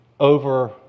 over